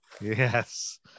Yes